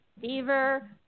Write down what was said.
fever